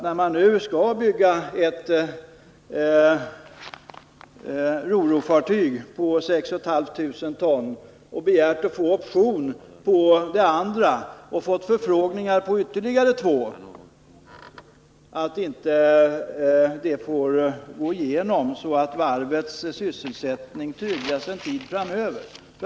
När man nu skall bygga ett ro-ro-fartyg på 6 500 ton och begärt att få option på det andra, och när man fått förfrågningar på ytterligare två fartyg, då är det med stor förvåning vi noterar att detta inte får gå igenom, så att varvets sysselsättning tryggas för en tid framöver.